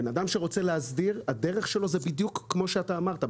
בן אדם שרוצה להסדיר הדרך שלו זה בדיוק כמו שאתה אמרת.